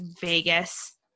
Vegas